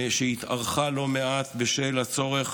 שהתארכה לא מעט בשל הצורך